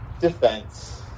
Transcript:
defense